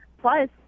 plus